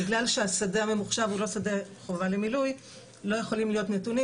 בגלל שהשדה הממוחשב הוא לא שדה חובה למילוי לא יכולים להיות נתונים